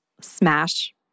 smash